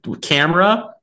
camera